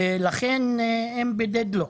ולכן הם בדד-לוק.